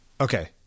Okay